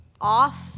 off